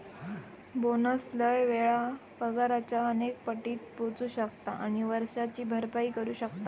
bonus लय वेळा पगाराच्या अनेक पटीत पोचू शकता आणि वर्षाची भरपाई करू शकता